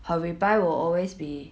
her reply will always be